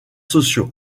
sociaux